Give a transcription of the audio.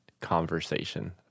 conversation